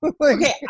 Okay